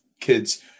kids